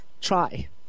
try